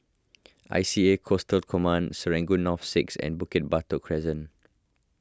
I C A Coastal Command Serangoon North six and Bukit Batok Crescent